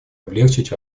облегчить